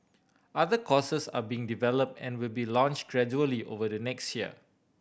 other courses are being develop and will be launch gradually over the next year